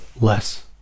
less